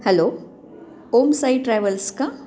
hello Om Sai travels का